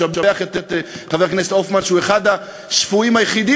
לשבח את חבר הכנסת הופמן שהוא אחד השפויים היחידים